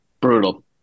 brutal